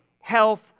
health